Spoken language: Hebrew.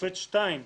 השופט שטיין: